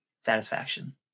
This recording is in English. Satisfaction